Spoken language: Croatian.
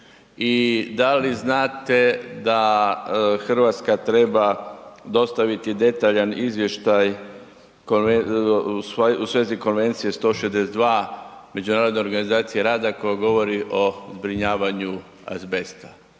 i da li znate da RH treba dostaviti detaljan izvještaj u svezi Konvencije 162. Međunarodne organizacije rada koja govori o zbrinjavanju azbesta.